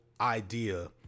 idea